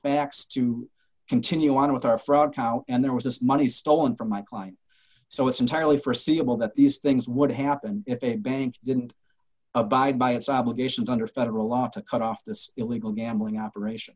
facts to continue on with our fraud cow and there was money stolen from my client so it's entirely forseeable that these things would happen if a bank didn't abide by its obligations under federal law to cut off this illegal gambling operation